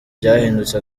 byahindutse